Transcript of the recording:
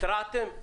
התרעתם?